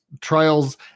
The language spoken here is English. trials